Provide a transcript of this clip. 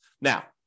Now